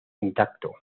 intacto